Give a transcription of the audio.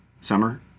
summer